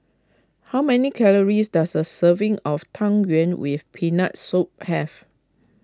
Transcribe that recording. how many calories does a serving of Tang Yuen with Peanut Soup have